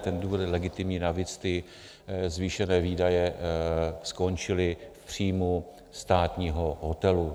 Ten důvod je legitimní, navíc ty zvýšené výdaje skončily v příjmu státního hotelu.